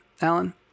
Alan